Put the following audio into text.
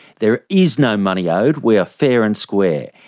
there is no money owed, we are fair and square.